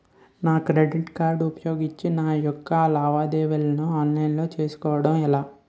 నా credit card ఉపయోగించి నా యెక్క లావాదేవీలను ఆన్లైన్ లో చేసుకోవడం ఎలా?